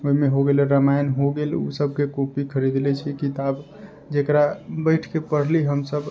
ओहिमे हो गेलै रामायण हो गेल ओ सभके कॉपी खरीदले छी किताब जेकरा बैठिके पढ़ली हम सभ